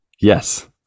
yes